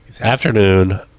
afternoon